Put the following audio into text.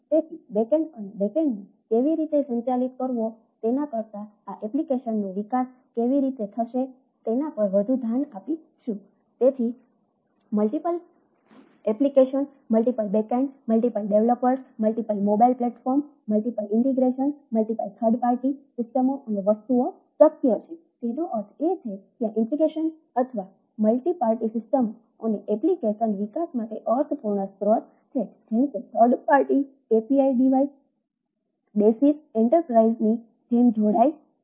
તેથી back end enterprise ની જેમ જોડાય છે